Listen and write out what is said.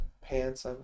pants